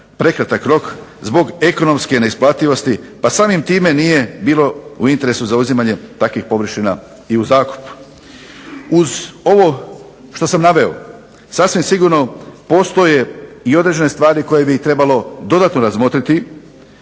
prekratak rok zbog ekonomske neisplativosti pa samim time nije bilo u interesu za uzimanje takvih površina i u zakup. Uz ovo što sam naveo sasvim sigurno postoje i određene stvari koje bi trebalo dodatno razmotriti